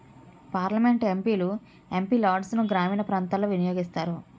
parliament MP లు MP లాడ్సును గ్రామీణ ప్రాంతాలలో వినియోగిస్తారు